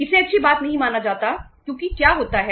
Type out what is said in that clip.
इसे अच्छी बात नहीं माना जाता क्योंकि क्या होता है